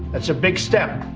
that's a big step.